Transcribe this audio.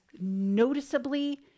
noticeably